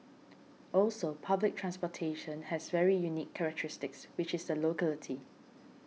also public transportation has very unique characteristics which is the locality